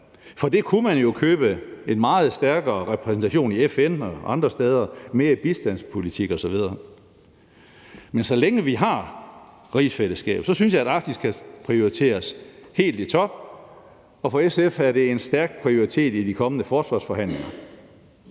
For det beløb kunne man jo købe en meget stærkere repræsentation i FN og andre steder, mere bistandspolitik osv.. Men så længe vi har rigsfællesskabet, synes jeg, at Arktis skal prioriteres helt i top, og for SF er det en stærk prioritet i de kommende forsvarsforhandlinger.